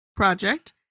project